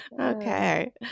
Okay